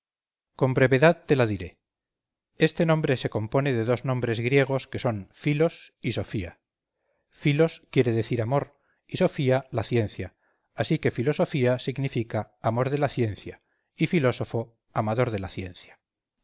con brevedad te la diré este nombre se compone de dos nombres griegos que son filos y sofía filos quiere decir amor y sofía la ciencia así que filosofía significa amor de la ciencia y filósofo amador de la ciencia